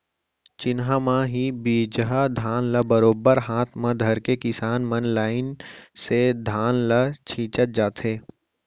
चिन्हा म ही बीजहा धान ल बरोबर हाथ म धरके किसान मन लाइन से धान ल छींचत जाथें